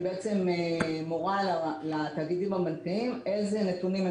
שבעצם מורה לתאגידים איזה נתונים הם